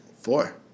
Four